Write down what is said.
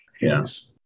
Yes